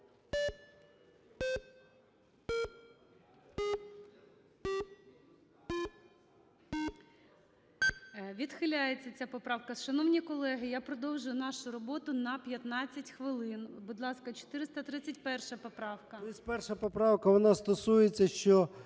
Відхиляється ця поправка. Шановні колеги, я продовжую нашу роботу на 15 хвилин. Будь ласка, 431 поправка.